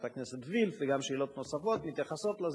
הכנסת וילף וגם שאלות נוספות מתייחסות לזה,